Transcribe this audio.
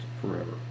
forever